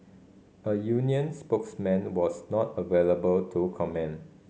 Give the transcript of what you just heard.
a union spokesman was not available to comment